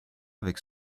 avec